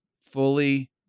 fully